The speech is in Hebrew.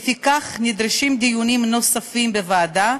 לפיכך נדרשים דיונים נוספים בוועדה,